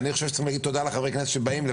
אני חושב שצריך להגיד תודה רבה לחברי הכנסת שבאים.